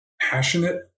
passionate